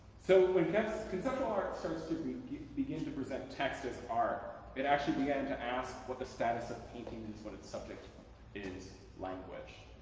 so when conceptual art starts to begin to present text as art it actually began to ask what the status of painting is when its subject is language.